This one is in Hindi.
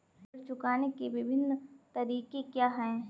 ऋण चुकाने के विभिन्न तरीके क्या हैं?